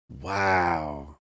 Wow